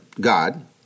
God